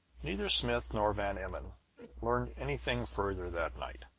neither smith nor van emmon learned anything further that night.